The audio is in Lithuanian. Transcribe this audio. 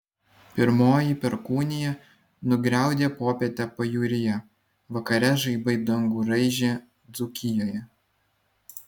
pirmoji perkūnija nugriaudė popietę pajūryje vakare žaibai dangų raižė dzūkijoje